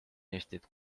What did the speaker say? eestit